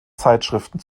zeitschriften